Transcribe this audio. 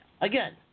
Again